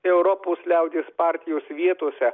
europos liaudies partijos vietose